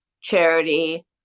charity